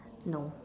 no